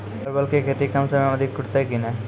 परवल की खेती कम समय मे अधिक टूटते की ने?